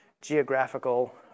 geographical